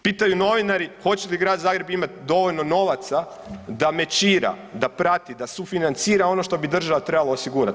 Pitaju novinari hoće li Grad Zagreb imati dovoljno novaca da mečira, da prati, da sufinancira ono što bi država trebala osigurati.